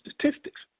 Statistics